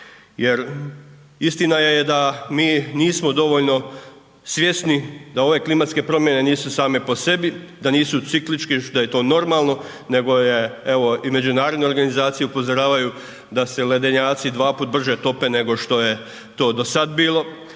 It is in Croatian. Jer istina je da mi nismo dovoljno svjesni da ove klimatske promjene nisu same po sebi, da nisu ciklitčki, da je to normalno nego je evo i međunarodne organizacije upozoravaju da se ledenjaci dva puta brže tope nego što je to dosad bilo,